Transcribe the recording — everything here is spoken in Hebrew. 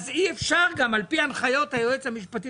אי אפשר גם על פי הנחיות היועץ המשפטי